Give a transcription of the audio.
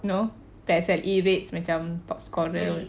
you know there's an A rates macam top scorer